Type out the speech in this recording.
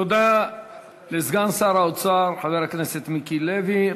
תודה לסגן שר האוצר חבר הכנסת מיקי לוי.